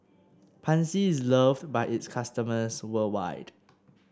Pansy is love by its customers worldwide